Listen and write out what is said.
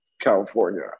California